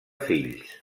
fills